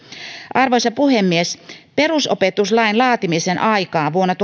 arvoisa puhemies perusopetuslain laatimisen aikaan vuonna